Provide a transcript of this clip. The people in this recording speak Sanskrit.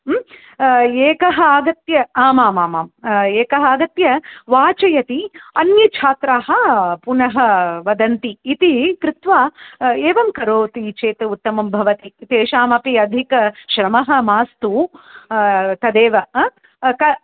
एकः आगत्य आमामाम् एकः आगत्य वाचयति अन्यछात्राः पुनः वदन्ति इति कृत्वा एवं करोति चेत् उत्तमं भवति तेषामपि अधिकश्रमः मास्तु तदेव हा